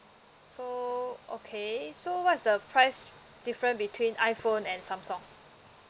so okay so what's the price different between iphone and samsung